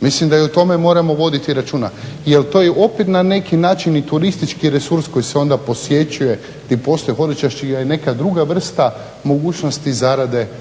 Mislim da i o tome moramo voditi računa. Jer to je opet na neki način i turistički resurs koji se onda posjećuje, tim postaje hodočašće i neka druga vrsta mogućnosti zarade koje